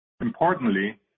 Importantly